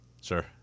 Sure